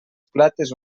plates